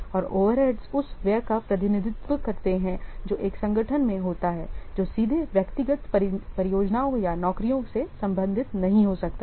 और ओवरहेड्स उस व्यय का प्रतिनिधित्व करते हैं जो एक संगठन में होता है जो सीधे व्यक्तिगत परियोजनाओं या नौकरियों से संबंधित नहीं हो सकता है